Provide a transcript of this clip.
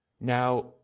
Now